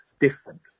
different